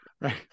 right